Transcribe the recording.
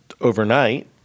overnight